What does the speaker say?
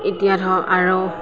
এতিয়া ধৰক আৰু